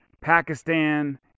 Pakistan